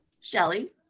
Shelly